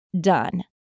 done